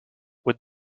would